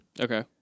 Okay